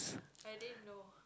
i didn't know